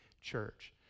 church